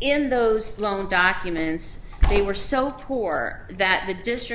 in those loan documents they were so poor that the district